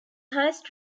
highest